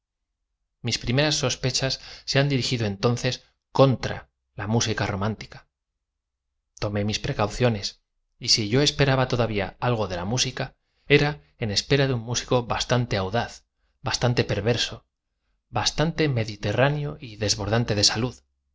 mis primeras sospechas se han dirigido entonces contra la música romántica tomé mis precauciones y si yo esperaba todavía algo de la música era en espera de un músico bastante audftz bastante perverso bastante mediterráneo y desbordante de salud